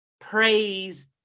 praise